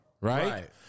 right